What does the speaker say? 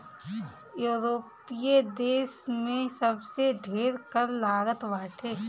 यूरोपीय देस में सबसे ढेर कर लागत बाटे